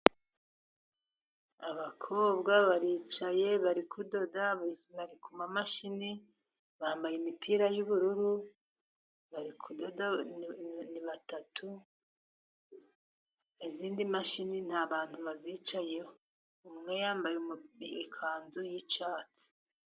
Abakobwa baricaye bari kudoda, bari ku mamashini, bambaye imipira y'ubururu, bari kudoda ni batatu, izindi mashini nta bantu bazicayeho. Umwe yambaye ikanzu y'icyatsi.